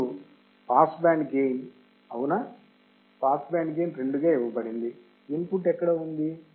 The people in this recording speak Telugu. మరియు పాస్ బ్యాండ్ గెయిన్ అవునా పాస్ బ్యాండ్ గెయిన్ 2 గా ఇవ్వబడింది ఇన్పుట్ ఎక్కడ ఉంది